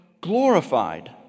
glorified